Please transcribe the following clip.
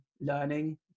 learning